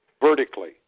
vertically